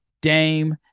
Dame